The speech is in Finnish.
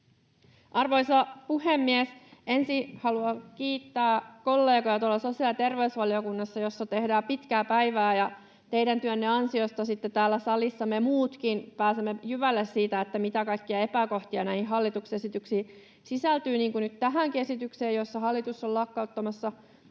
Arvoisa puhemies! Ensin haluan kiittää kollegoja sosiaali- ja terveysvaliokunnassa, jossa tehdään pitkää päivää: teidän työnne ansiosta sitten täällä salissa me muutkin pääsemme jyvälle siitä, mitä kaikkia epäkohtia näihin hallituksen esityksiin sisältyy, niin kuin nyt tähänkin esitykseen, jossa hallitus on lakkauttamassa kansaneläkkeen